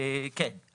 כן.